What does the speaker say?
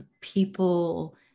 people